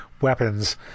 weapons